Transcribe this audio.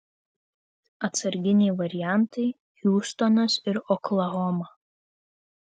atsarginiai variantai hiūstonas ir oklahoma